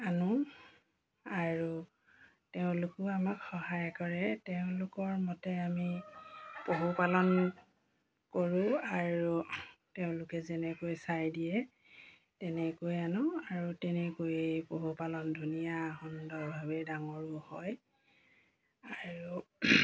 আনো আৰু তেওঁলোকো আমাক সহায় কৰে তেওঁলোকৰ মতে আমি পশুপালন কৰোঁ আৰু তেওঁলোকে যেনেকৈ চাই দিয়ে তেনেকৈ আনো আৰু তেনেকৈয়ে পশুপালন ধুনীয়া সুন্দৰভাৱে ডাঙৰো হয় আৰু